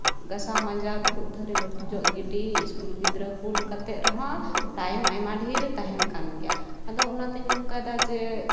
ᱜᱟᱥᱟᱣ ᱢᱟᱸᱡᱟᱣ ᱴᱩᱠᱩᱡ ᱛᱷᱟᱹᱨᱤ ᱵᱟᱹᱴᱤ ᱡᱚᱜ ᱜᱤᱰᱤ ᱤᱥᱠᱩᱞ ᱜᱤᱫᱽᱨᱟ ᱠᱩᱞ ᱠᱟᱛᱮ ᱨᱮᱦᱚᱸ ᱴᱟᱭᱤᱢ ᱟᱭᱢᱟ ᱰᱷᱮᱨ ᱛᱟᱦᱮᱱ ᱠᱟᱱ ᱜᱮᱭᱟ ᱟᱫᱚ ᱚᱱᱟᱛᱤᱧ ᱚᱱᱠᱟᱭᱫᱟ ᱡᱮ